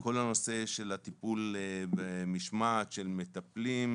כל הנושא של הטיפול במשמעת של מטפלים,